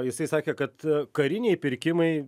jisai sakė kad kariniai pirkimai